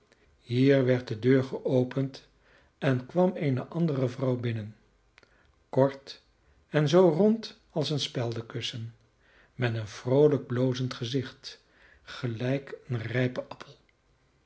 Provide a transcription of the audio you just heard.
hier werd de deur geopend en kwam eene andere vrouw binnen kort en zoo rond als een speldenkussen met een vroolijk blozend gezicht gelijk een rijpen appel